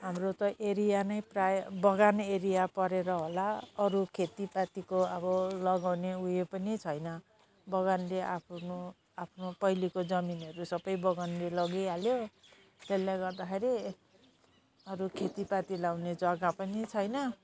हाम्रो त एरिया नै प्रायः बगान एरिया परेर होला अरू खेतीपातीको अब लगाउने उयो पनि छैन बगानले आफ्नो आफ्नो पहिलेको जमिनहरू सब बगानले लगिहाल्यो त्यसले गर्दाखेरि अरू खेतीपाती लगाउने जगा पनि छैन